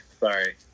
Sorry